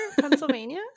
Pennsylvania